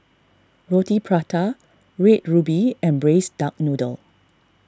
Roti Prata Red Ruby and Braised Duck Noodle